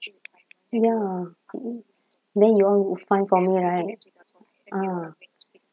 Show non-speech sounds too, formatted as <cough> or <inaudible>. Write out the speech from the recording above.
ya <noise> then you all find for me right ah